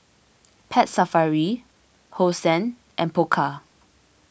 Pet Safari Hosen and Pokka